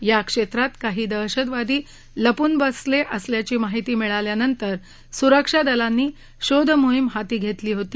या क्षेत्रात काही दहशतवादी लपून बसले असल्याची माहिती मिळाल्यानंतर सुरक्षा दलांनी शोधमोहीम हाती घेतली होती